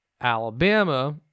Alabama